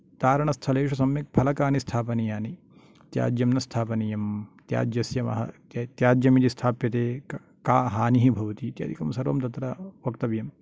कारणस्थलेषु सम्यक् फलकानि स्थापनीयानि त्याज्यं न स्थापनीयं त्याज्यस्य त्याज्यं यदि स्थाप्यते का हानिः भवति इत्यादिकं सर्वं तत्र वक्तव्यम्